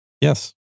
Yes